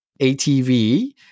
ATV